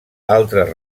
altres